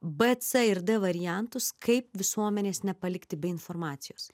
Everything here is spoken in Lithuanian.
b c ir d variantus kaip visuomenės nepalikti be informacijos